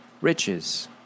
riches